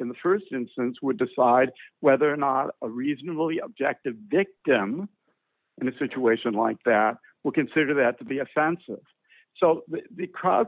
in the st instance would decide whether or not a reasonable the objective victim in a situation like that would consider that to be offensive so the crowd